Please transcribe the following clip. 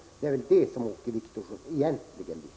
Det är nog exploatera Råneälven som Åke Wictorsson egentligen vill.